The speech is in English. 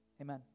amen